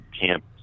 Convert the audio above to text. camp